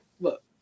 look